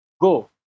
go